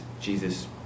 Jesus